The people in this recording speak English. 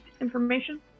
information